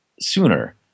sooner